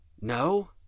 No